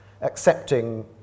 accepting